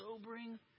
sobering